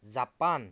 Japan